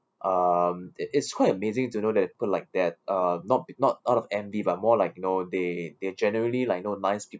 um it is quite amazing to know that people like that uh not b~ not not of envy but more like you know they they generally like you know nice